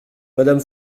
madame